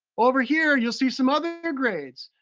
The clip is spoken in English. over here, you'll see some other grades.